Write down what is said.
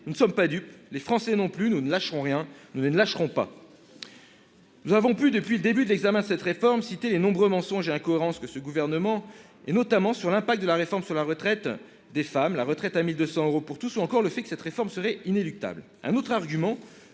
Nous ne sommes pas dupes, les Français non plus : nous ne lâcherons rien, nous ne les lâcherons pas ! Nous avons pu, depuis le début de l'examen cette réforme, citer les nombreux mensonges et incohérences de ce gouvernement, qu'il s'agisse de l'impact de la réforme sur la retraite des femmes, de la retraite à 1 200 euros pour tous ou de son caractère inéluctable. Autre argument